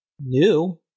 new